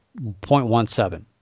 0.17